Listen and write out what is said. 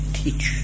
teach